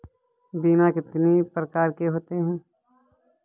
बीमा कितनी प्रकार के होते हैं?